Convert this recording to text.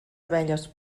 abelles